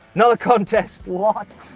another contest. what?